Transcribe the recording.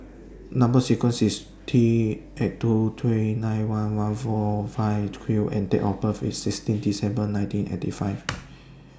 Number sequence IS T eight two three nine one one four five Q and Date of birth IS sixteen December nineteen eighty five